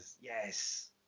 Yes